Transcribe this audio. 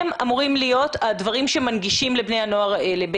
הם אמורים להיות הדברים שמנגישים לבני הנוער האלה.